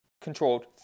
Controlled